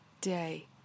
day